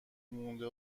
مونده